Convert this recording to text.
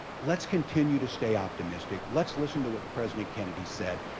let's continue to stay optimistic. let's listen to what president kennedy said